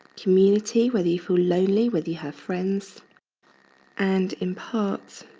community, whether you feel lonely, whether you have friends and in part,